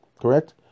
correct